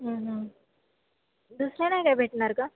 दुसऱ्या नाही काय भेटणार का